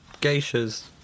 geishas